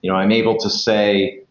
you know i'm able to say,